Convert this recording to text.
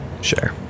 Share